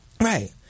Right